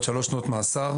עד שלוש שנות מאסר.